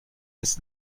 ist